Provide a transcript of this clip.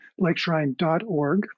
lakeshrine.org